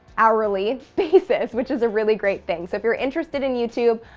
hourly basis, which is a really great thing. if you're interested in youtube,